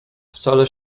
wcale